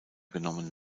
genommen